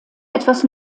etwas